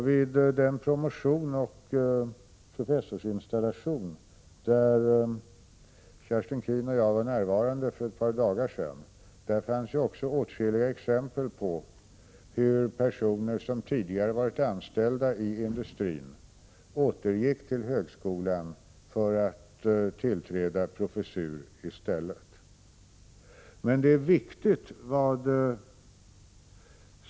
Vid den promotion och professorsinstallation där Kerstin Keen och jag var närvarande för ett par dagar sedan fanns åtskilliga exempel på hur personer som tidigare varit anställda i industrin återgått till högskolan för att tillträda professur i stället.